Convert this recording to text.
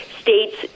states